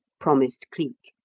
promised cleek.